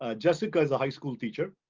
ah jessica is a high school teacher.